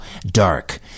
dark